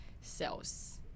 sales